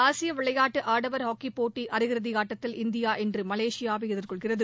ஆசிய விளையாட்டு ஆடவர் ஹாக்கி போட்டி அரை இறுதி ஆட்டத்தில் இந்தியா இன்று மலேசியாவை எதிர்கொள்கிறது